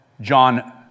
John